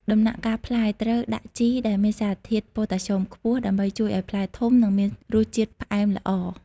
ដំណាក់កាលផ្លែ ត្រូវដាក់ជីដែលមានសារធាតុ ប៉ូតាស្យូមខ្ពស់ ដើម្បីជួយឱ្យផ្លែធំ និងមានរសជាតិផ្អែមល្អ។